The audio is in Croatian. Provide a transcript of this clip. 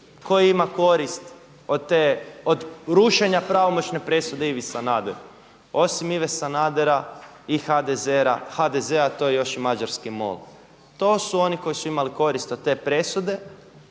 tko ima korist od rušenja pravomoćne presude Ivi Sanaderu, osim Ive Sanadera i HDZ-a to je još i mađarski MOL. To su oni koji su imali korist od te presude.